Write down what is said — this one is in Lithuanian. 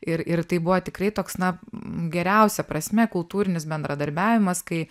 ir ir tai buvo tikrai toks na geriausia prasme kultūrinis bendradarbiavimas kai